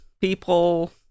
people